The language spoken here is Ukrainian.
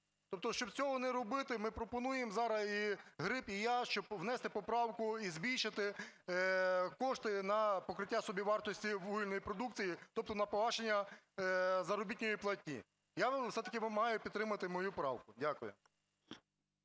Тобто, щоб цього не робити, ми пропонуємо зараз, і Гриб, і я, щоб внести поправку і збільшити кошти на покриття собівартості вугільної продукції, тобто на погашення заробітної платні. Я все-таки вимагаю підтримати мою правку. Дякую.